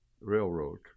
railroad